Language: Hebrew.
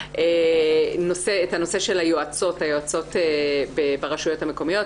את הנושא של היועצות ברשויות המקומיות,